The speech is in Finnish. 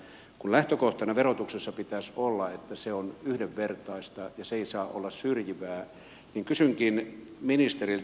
kun lähtökohtana verotuksessa pitäisi olla että se on yhdenvertaista ja se ei saa olla syrjivää niin kysynkin ministeriltä